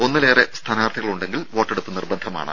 ഒന്നിലേറെ സ്ഥാനാർത്ഥികളുണ്ടെങ്കിൽ വോട്ടെടുപ്പ് നിർബന്ധമാണ്